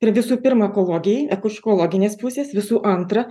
ir visų pirma ekologijai iš ekologinės pusės visų antra